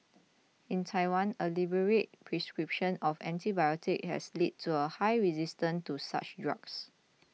in Taiwan a liberal prescription of antibiotics has led to a high resistance to such drugs